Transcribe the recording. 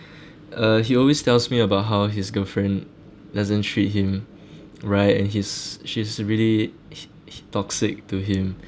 uh he always tells me about how his girlfriend doesn't treat him right and he's she's really hi~ hi~ toxic to him